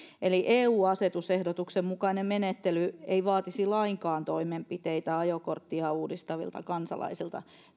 eu asetusehdotuksen mukainen menettely ei vaatisi lainkaan toimenpiteitä ajokorttiaan uudistavilta kansalaisilta